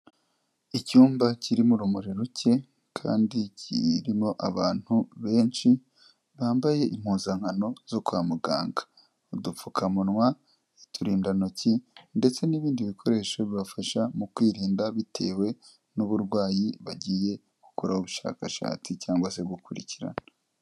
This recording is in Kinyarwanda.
Icyumba kirimo urumuri ruke kandi kirimo abantu benshi, bambaye impuzankano zo kwa muganga; udupfukamunwa, uturindantoki ndetse n'ibindi bikoresho bibafasha mu kwirinda bitewe n'uburwayi bagiye gukora ubushakashatsi cyangwa se gukurikirana.